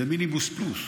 זה מיניבוס פלוס.